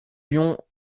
lions